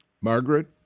Margaret